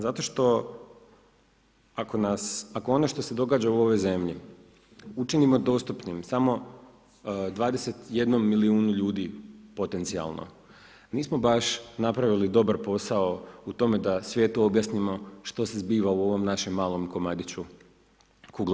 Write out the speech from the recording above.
Zato što, ako ono što se događa u ovoj zemlji učinimo dostupnim samo 21 milijunu ljudi potencijalno, nismo baš napravili dobar posao u tome da svijetu objasnimo što se zbiva u ovom našem malom komadiću kugle